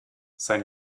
sein